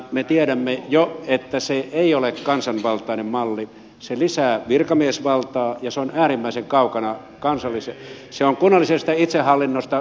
me tiedämme jo että se ei ole kansanvaltainen malli se lisää virkamiesvaltaa ja se on äärimmäisen kaukana kunnallisesta itsehallinnosta